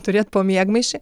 turėt po miegmaišį